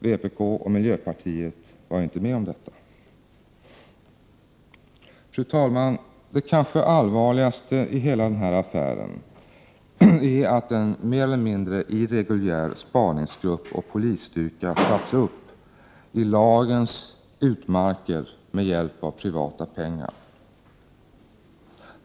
Vpk och miljöpartiet var inte med om detta. Fru talman! Det kanske allvarligaste i hela den här affären är att en mer eller mindre irreguljär spaningsgrupp och polisstyrka satts upp i lagens utmarker med hjälp av privata pengar.